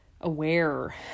aware